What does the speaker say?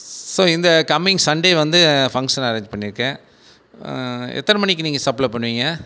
so இந்த coming Sunday வந்து function arrange பண்ணியிருக்கேன் எத்தனை மணிக்கு நீங்கள் சப்ளே பண்ணுவீங்கள்